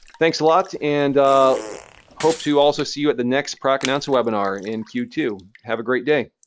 thanks a lot, and hope to also see you at the next product announcement webinar in q two. have a great day.